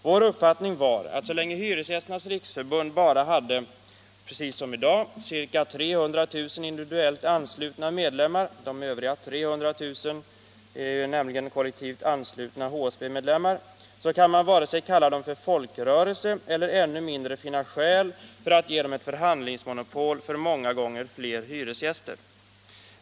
Vår uppfattning var att så länge Hyresgästernas riksförbund bara hade, — precis som i dag, ca 300 000 individuellt anslutna medlemmar — de övriga 300 000 är nämligen kollektivt anslutna HSB-medlemmar — så kan man inte vare sig kalla organisationen för folkrörelse eller ännu mindre finna skäl att ge den ett förhandlingsmonopol för många gånger fler hyresgäster.